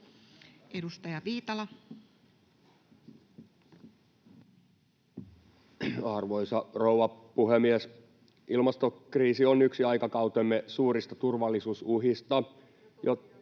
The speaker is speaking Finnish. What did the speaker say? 17:03 Content: Arvoisa rouva puhemies! Ilmastokriisi on yksi aikakautemme suurista turvallisuusuhista, [Vasemmalta: Ja tosiasia!]